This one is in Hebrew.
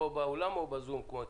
פה באולם או בזום כמו אתמול?